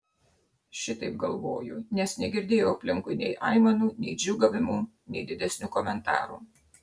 šitaip galvoju nes negirdėjau aplinkui nei aimanų nei džiūgavimų nei didesnių komentarų